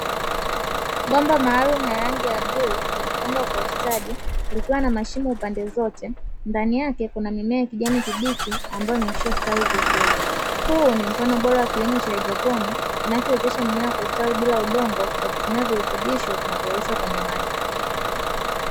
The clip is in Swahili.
Bomba maalumu la rangi ya bluu limepangwa kwa ustadi likiwa na mashimo pande zote, ndani yake kuna mimea ya kijani kibichi ambayo imekwisha stawi vizuri. huu ni mfano bora wa kilimo cha haidroponi kinachowezesha mimea kustawi bila udongo kwa kutumia virutubisho vinavyo yeyushwa kwenye maji.